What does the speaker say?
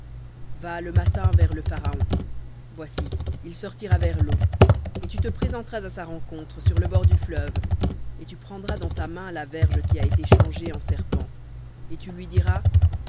va le matin vers le pharaon voici il sortira vers l'eau et tu te présenteras à sa rencontre sur le bord du fleuve et tu prendras dans ta main la verge qui a été changée en serpent et tu lui diras